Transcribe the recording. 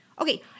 Okay